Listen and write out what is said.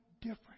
different